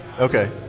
Okay